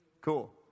Cool